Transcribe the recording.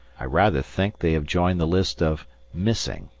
i rather think they have joined the list of missing.